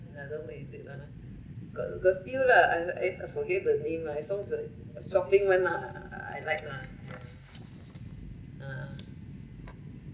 another basic [one] lah got got still lah I I I forget the name lah as long as the shopping one lah I like lah ah